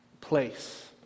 place